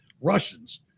Russians